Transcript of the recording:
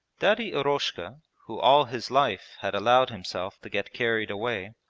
daddy eroshka, who all his life had allowed himself to get carried away,